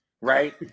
right